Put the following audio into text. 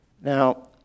Now